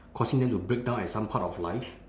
causing them to break down at some part of life